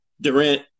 Durant